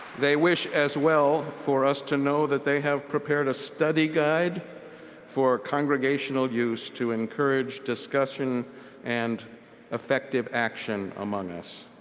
they wish, as well, for us to know that they have prepared a study guide for congregational use to encourage discussion and effective action among us.